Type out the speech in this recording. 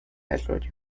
arroyo